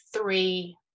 three